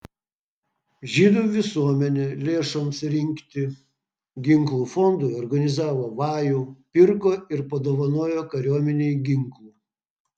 žydų visuomenė lėšoms rinkti ginklų fondui organizavo vajų pirko ir padovanojo kariuomenei ginklų